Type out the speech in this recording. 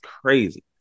crazy